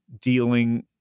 dealing